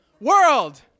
world